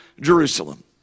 Jerusalem